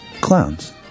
Clowns